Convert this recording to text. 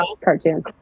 cartoons